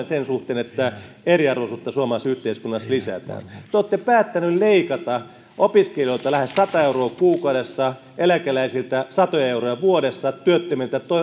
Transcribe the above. sen suhteen että eriarvoisuutta suomalaisessa yhteiskunnassa lisätään te olette päättäneet leikata opiskelijoilta lähes sata euroa kuukaudessa eläkeläisiltä satoja euroja vuodessa työttömiltä